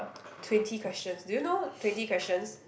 twenty questions do you know twenty questions